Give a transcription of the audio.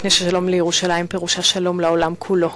מפני ששלום לירושלים פירושו שלום לעולם כולו.